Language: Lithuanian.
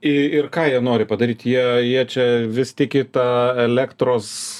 ir ir ką jie nori padaryti jie jie čia vis tiki ta elektros